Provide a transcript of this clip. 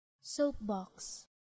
Soapbox